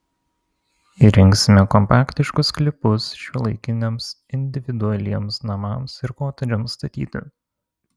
įrengsime kompaktiškus sklypus šiuolaikiniams individualiems namams ir kotedžams statyti